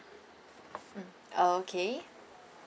mm okay